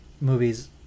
movies